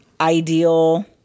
ideal